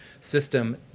system